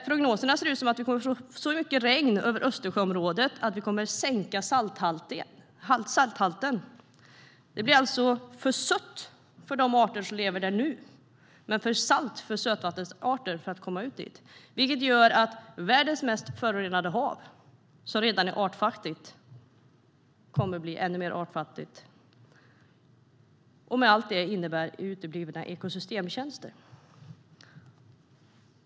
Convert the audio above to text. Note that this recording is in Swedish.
Prognoserna ser ut som att vi kommer att få så mycket regn över Östersjöområdet att vi kommer att sänka salthalten. Det blir alltså för sött för de arter som lever där nu, men för salt för sötvattensarter att komma ut dit. Det gör att världens mest förorenade hav som redan är artfattigt kommer att bli ännu mer artfattigt. Allt det innebär uteblivna ekosystemtjänster.